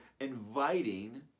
inviting